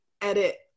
edit